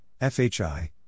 FHI